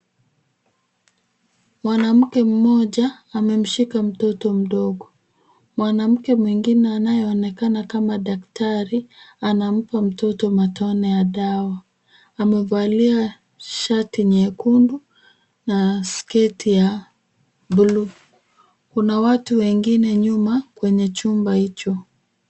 Mwanamke mmoja amemshika mtoto mdogo. Mwanamke mwingine anayeonekana kama daktari anampa mtoto matone ya dawa. Amevalia shati nyekundu na sketi ya bluu. Kuna watu wengine nyuma kwenye chumba hicho.